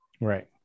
Right